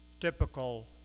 typical